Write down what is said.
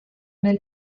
nel